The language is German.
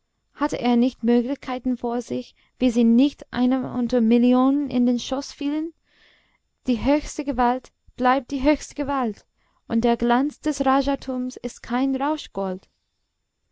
hatte er nicht möglichkeiten vor sich wie sie nicht einem unter millionen in den schoß fielen die höchste gewalt bleibt die höchste gewalt und der glanz des rajatums ist kein